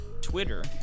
Twitter